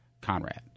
Conrad